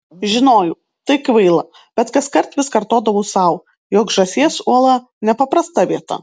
žinojau tai kvaila bet kaskart vis kartodavau sau jog žąsies uola nepaprasta vieta